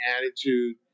attitude